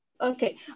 Okay